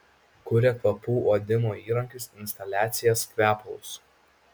kuria kvapų uodimo įrankius instaliacijas kvepalus